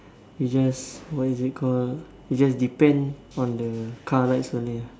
he just what is called he just depend on the car lights only lah